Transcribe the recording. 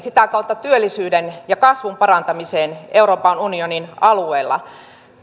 sitä kautta työllisyyden ja kasvun parantamiseen euroopan unionin alueella